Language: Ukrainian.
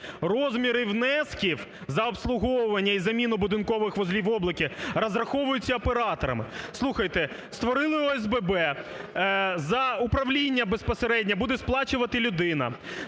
"Розміри внесків за обслуговування і заміну будинкових вузлів обліку розраховується оператором". Слухайте, створили ОСББ, за управління безпосередньо буде сплачувати людина